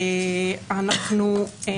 אנחנו בהחלט מקווים.